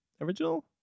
original